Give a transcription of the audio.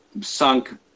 sunk